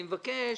אני מבקש